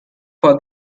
for